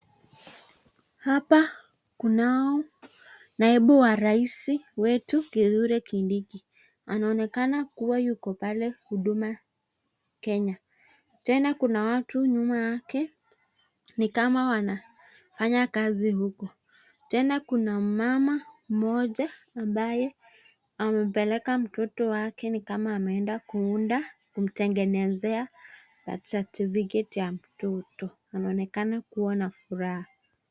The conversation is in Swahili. Hapa kunao naibu wa rais wetu Kithure Kindiki. Anaonekana kua yuko pale huduma Kenya. Tena kuna watu nyuma yake ni kama wanafanya kazi huku. Tena kuna mama mmoja ambaye amepeleka mtoto wake ni kama ameenda kumtengeezea birth certificate ya mtoto. Anaonekana kua na furaha.